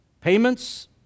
payments